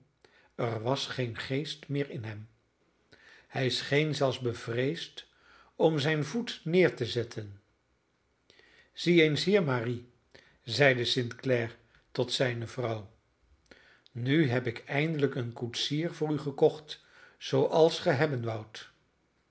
er was geen geest meer in hem hij scheen zelfs bevreesd om zijn voet neer te zetten zie eens hier marie zeide st clare tot zijne vrouw nu heb ik eindelijk een koetsier voor u gekocht zooals ge hebben woudt